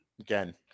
again